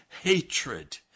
hatred